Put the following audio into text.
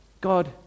God